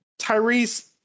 Tyrese